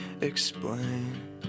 explain